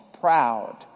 proud